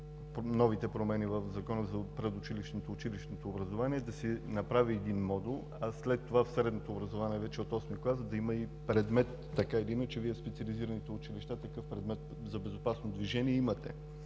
новите промени в Закона за предучилищното и училищното образование да се направи един модул, а след това в средното образование вече, от VIII клас, да има и предмет. Така или иначе, Вие в специализираните училища такъв предмет за безопасно движение имате,